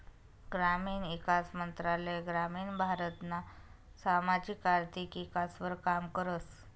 ग्रामीण ईकास मंत्रालय ग्रामीण भारतना सामाजिक आर्थिक ईकासवर काम करस